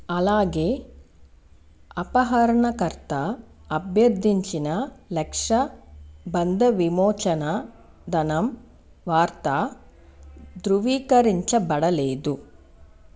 అలాగే అపహరణకర్త అభ్యర్థించిన లక్ష బంధవిమోచన ధనం వార్త ధృవీకరించబడలేదు